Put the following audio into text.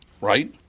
right